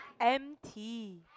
MT